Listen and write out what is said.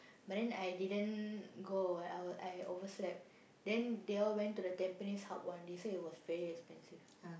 but then I didn't go I I overslept then they all went to the Tampines-Hub one they said it was very expensive